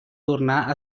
tornar